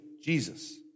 Jesus